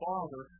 Father